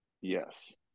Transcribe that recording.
Yes